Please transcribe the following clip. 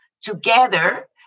together